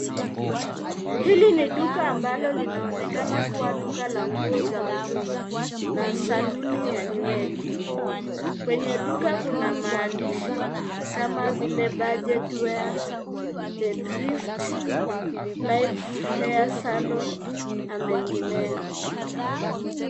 Hili ni duka ambalo linaonekana kuwa duka la nguo za mitumba na saluni ya nywele. Kwenye duka kuna maandishi kama vile budget wear, the thrift, live hair salon na mengineyo.